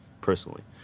personally